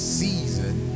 season